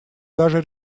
даже